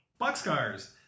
boxcars